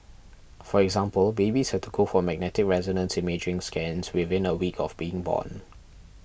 for example babies had to go for magnetic resonance imaging scans within a week of being born